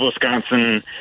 Wisconsin